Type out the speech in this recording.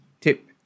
tip